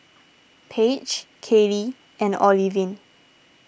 Paige Caylee and Olivine